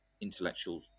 intellectual